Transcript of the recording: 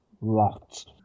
lots